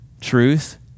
truth